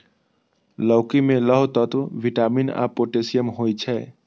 लौकी मे लौह तत्व, विटामिन आ पोटेशियम होइ छै